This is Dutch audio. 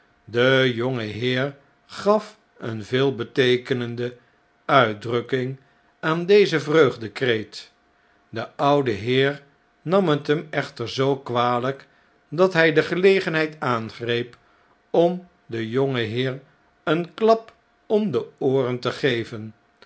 de jonge heer gaf een veelbeteekenende uitdrukking aan deze vreugdekreet de oude heer nam het hem echter zoo kwalp dat hjj de gelegenheid aangreep om den jongenheer een klap om de ooren te geven